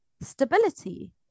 stability